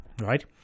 right